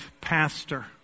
pastor